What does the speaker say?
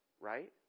right